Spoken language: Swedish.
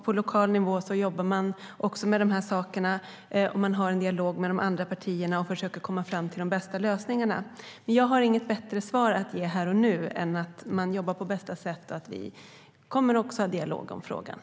På lokal nivå jobbar man med dessa frågor. Man har en dialog med de andra partierna och försöker komma fram till de bästa lösningarna. Jag har inget bättre svar att ge här och nu än att man jobbar på bästa sätt och att vi kommer att ha en dialog i frågan.